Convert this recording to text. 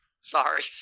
Sorry